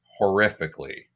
horrifically